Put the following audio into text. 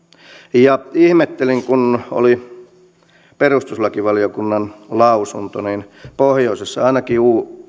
ja ihmettelin että kun tuli perustuslakivaliokunnan lausunto niin pohjoisessa ainakin